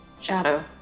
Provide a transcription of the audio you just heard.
shadow